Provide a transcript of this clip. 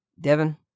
Devin